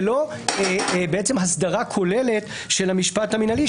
ולא הסדרה כוללת של המשפט המינהלי,